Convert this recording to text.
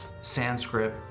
Sanskrit